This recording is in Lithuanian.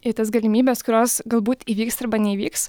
į tas galimybes kurios galbūt įvyks arba neįvyks